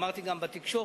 אמרתי גם בתקשורת,